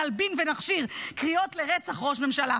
נלבין ונכשיר קריאות לרצח ראש ממשלה,